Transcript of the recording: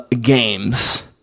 games